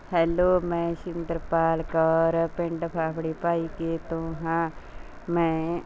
hello ਮੈਂ ਸ਼ਿੰਦਰਪਾਲ ਕੌਰ ਪਿੰਡ ਫਾਫੜੇ ਭਾਈਕੇ ਤੋਂ ਹਾਂ ਮੈਂ